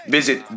Visit